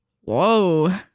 Whoa